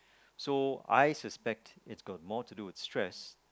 so I suspect it's got more to do with stress